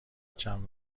چند